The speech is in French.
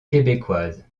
québécoise